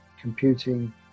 computing